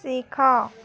ଶିଖ